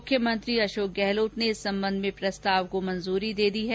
मुख्यमंत्री श्री गहलोत ने इस ॅ सम्बन्ध में प्रस्ताव को मंजूरी दे दी है